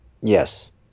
yes